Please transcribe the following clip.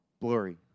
blurry